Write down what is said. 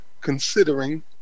considering